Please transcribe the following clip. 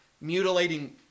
mutilating